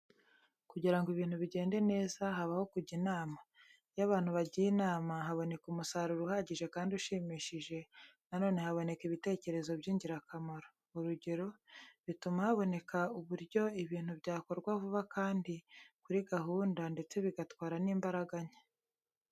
Kugira ngo ibintu bigende neza, habaho kujya inama. Iyo abantu bagiye inama haboneka umusaruro uhagije kandi ushimishije, nanone haboneka ibitekerezo by'ingirakamaro. Urugero, bituma haboneka uburyo ibintu byakorwa vuba kandi kuri gahunda ndetse bigatwara n'imbaraga nke.